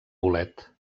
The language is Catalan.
bolet